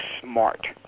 smart